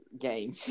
game